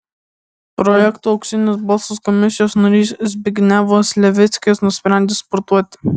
projekto auksinis balsas komisijos narys zbignevas levickis nusprendė sportuoti